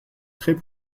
très